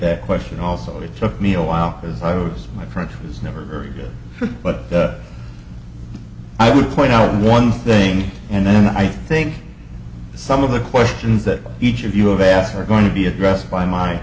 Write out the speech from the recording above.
that question also it took me a while because i was my friend who was never there but i would point out one thing and then i think some of the questions that each of you have asked are going to be addressed by my